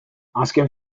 azken